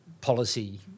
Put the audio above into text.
policy